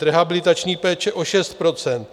Rehabilitační péče o 6 %.